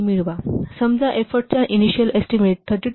आता समजा एफोर्टचा इनिशिअल एस्टीमेट 32